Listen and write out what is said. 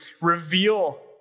reveal